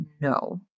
no